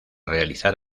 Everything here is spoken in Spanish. realizar